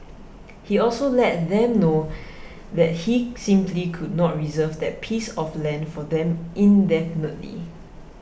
he also let them know that he simply could not reserve that piece of land for them indefinitely